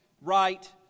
right